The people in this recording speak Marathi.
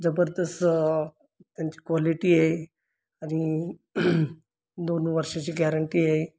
जबरदस्त त्यांची क्वालिटी आहे आणि दोन वर्षाची गॅरंटी आहे